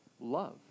love